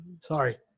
Sorry